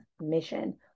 mission